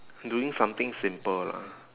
doing something simple lah